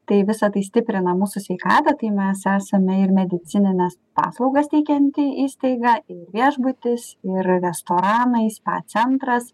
tai visa tai stiprina mūsų sveikatą tai mes esame ir medicinines paslaugas teikianti įstaiga ir viešbutis ir restoranai spa centras